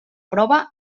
prova